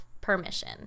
permission